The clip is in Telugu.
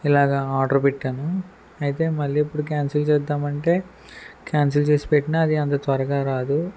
ఇలాగ ఆర్డర్ పెట్టాను అయితే మళ్ళీ ఇప్పుడు క్యాన్సిల్ చేద్దాం అంటే క్యాన్సిల్ చేసి పెట్టినా అది అంత త్వరగా రాదు